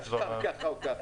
לא, אי אפשר כך או כך.